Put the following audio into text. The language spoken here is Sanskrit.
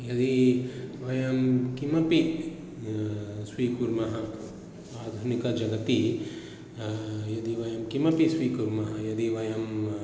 यदि वयं किमपि स्वीकुर्मः आधुनिकः जगति यदि वयं किमपि स्वीकुर्मः यदि वयम्